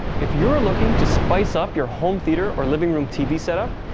if you're looking to spice up your home theatre or living room tv setup,